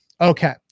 Okay